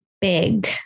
big